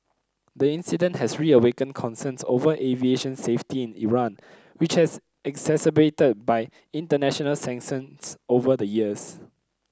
the incident has reawakened concerns over aviation safety in Iran which has exacerbated by international sanctions over the years